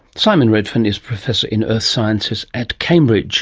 simon redfern is professor in earth sciences at cambridge